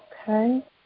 okay